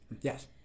Yes